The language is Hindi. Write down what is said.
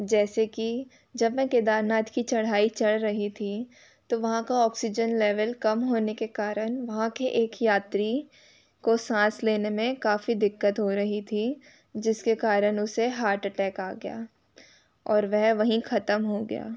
जैसे कि जब मैं केदारनाथ की चढ़ाई चढ़ रही थी तो वहाँ का ऑक्सीजन लेवल कम होने के कारण वहाँ के एक यात्री को साँस लेने में काफ़ी दिक्कत हो रही थी जिसके कारण उसे हार्ट अटैक आ गया और वह वहीं ख़त्म हो गया